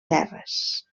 terres